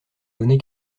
donner